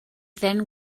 then